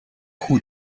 хүү